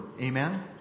Amen